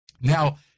Now